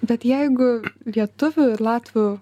bet jeigu lietuvių ir latvių